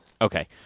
Okay